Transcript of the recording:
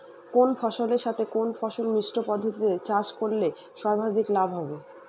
কোন ফসলের সাথে কোন ফসল মিশ্র পদ্ধতিতে চাষ করলে সর্বাধিক লাভ হবে?